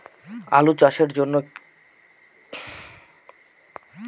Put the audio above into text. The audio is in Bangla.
আলু চাষের জন্য কি রকম জলবায়ুর প্রয়োজন?